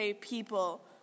people